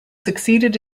succeeded